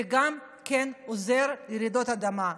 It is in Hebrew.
זה גם עוזר לרעידות אדמה,